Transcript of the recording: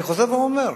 אני חוזר ואומר,